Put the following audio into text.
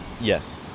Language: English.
Yes